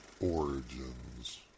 Origins